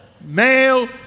male